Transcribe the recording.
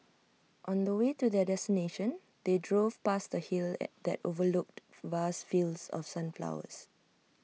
on the way to their destination they drove past A hill that overlooked vast fields of sunflowers